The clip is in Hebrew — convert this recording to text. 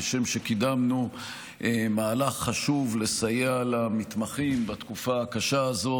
כשם שקידמנו מהלך חשוב לסייע למתמחים בתקופה הקשה הזאת,